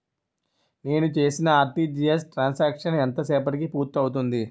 నేను చేసిన RTGS transaction ఎంత సేపటికి పూర్తి అవుతుంది?